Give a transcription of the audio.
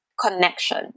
connection